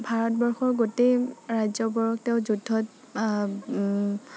ভাৰতবৰ্ষৰ গোটেই ৰাজ্যবোৰক তেওঁ যুদ্ধত